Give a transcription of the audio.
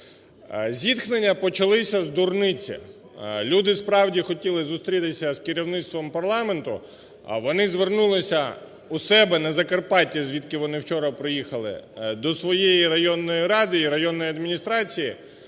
Зіткнення почалися з дурниці: люди справді хотіли зустрітися з керівництвом парламенту, вони звернулися у себе на Закарпатті, звідки вони вчора приїхали, до своєї районної ради і районної адміністрації.